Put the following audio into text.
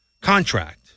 contract